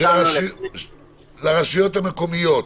הרשויות המקומיות,